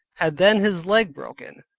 had then his leg broken,